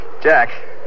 Jack